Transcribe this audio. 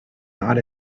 not